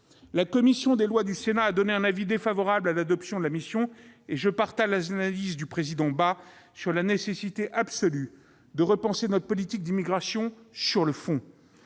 la commission des lois du Sénat a donné un avis défavorable à l'adoption des crédits de la mission. Je partage l'analyse du président Philippe Bas sur la nécessité absolue de repenser notre politique d'immigration sur le fond.